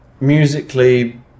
musically